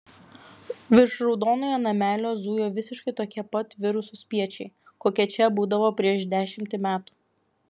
virš raudonojo namelio zujo visiškai tokie pat virusų spiečiai kokie čia būdavo prieš dešimtį metų